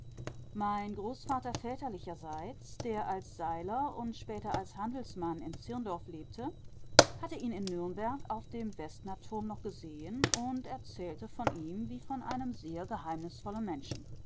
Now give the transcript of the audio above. mein großvater väterlicherseits der als seiler und später als handelsmann in zirndorf lebte hatte ihn in nürnberg auf dem vestnerturm noch gesehen und erzählte von ihm wie von einem sehr geheimnisvollen menschen